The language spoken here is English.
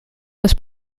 was